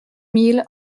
mille